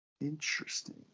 Interesting